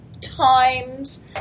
times